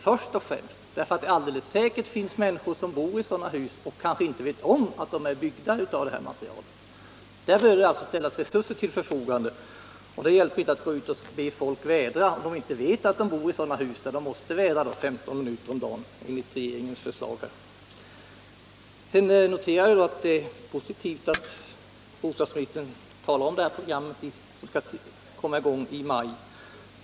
Det finns alldeles säkert människor som bor i sådana hus och som inte vet om att de är byggda av det här materialet. Där behöver det alltså ställas resurser till förfogande. Det hjälper inte att be folk vädra, om de inte vet att de bor i sådana hus där man enligt regeringens förslag skall vädra 15 minuter om dagen. Jag noterar såsom positivt att bostadsministern talar om det program som skall starta i maj.